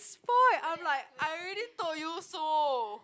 spoilt I'm like I already told you so